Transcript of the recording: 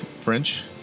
French